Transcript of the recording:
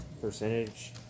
percentage